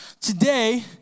Today